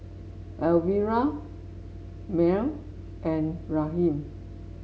Elvira Merl and Raheem